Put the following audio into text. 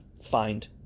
find